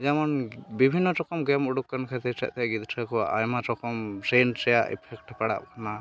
ᱡᱮᱢᱚᱱ ᱵᱤᱵᱷᱤᱱᱱᱚ ᱨᱚᱠᱚᱢ ᱜᱮᱢ ᱩᱰᱩᱠ ᱟᱠᱟᱱ ᱠᱷᱟᱹᱛᱤᱨᱟᱜᱛᱮ ᱜᱤᱫᱽᱨᱟᱹ ᱠᱚᱣᱟᱜ ᱟᱭᱢᱟ ᱨᱚᱠᱚᱢ ᱵᱨᱮᱱ ᱨᱮᱭᱟᱜ ᱮᱯᱷᱮᱠᱴ ᱯᱟᱲᱟᱣᱚᱜ ᱠᱟᱱᱟ